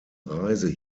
reise